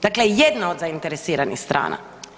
Dakle, jedna od zainteresiranih strana.